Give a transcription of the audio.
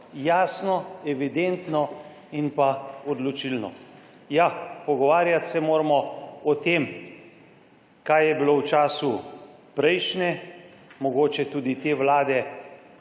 jasno, evidentno in pa odločilno. Ja, pogovarjati se moramo o tem, kaj je bilo v času prejšnje, mogoče tudi te Vlade, ne